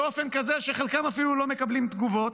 באופן כזה שחלקם אפילו לא מקבלים תגובות.